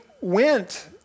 went